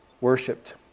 worshipped